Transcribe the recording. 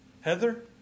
Heather